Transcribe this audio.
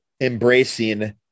embracing